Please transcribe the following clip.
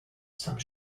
some